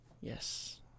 Yes